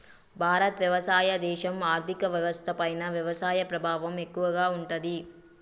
భారత్ వ్యవసాయ దేశం, ఆర్థిక వ్యవస్థ పైన వ్యవసాయ ప్రభావం ఎక్కువగా ఉంటది